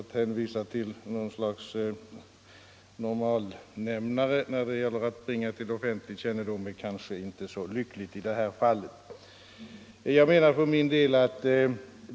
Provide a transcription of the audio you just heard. Att hänvisa till något slags normalt handläggningssätt när det gäller att bringa utredningars eller beredningars förslag till offentlig kännedom är därför inte i detta fall så lyckat.